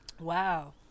Wow